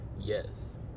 Yes